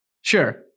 Sure